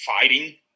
fighting